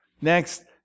Next